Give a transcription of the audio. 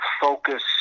focus